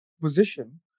position